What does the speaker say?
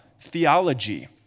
Theology